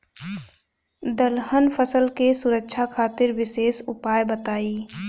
दलहन फसल के सुरक्षा खातिर विशेष उपाय बताई?